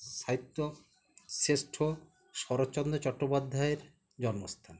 সাহিত্য শ্রেষ্ঠ শরৎচন্দ্র চট্টোপাধ্যায়ের জন্মস্থান